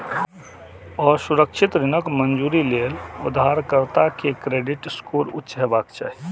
असुरक्षित ऋणक मंजूरी लेल उधारकर्ता के क्रेडिट स्कोर उच्च हेबाक चाही